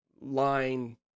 line